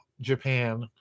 Japan